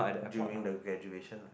during the graduation lah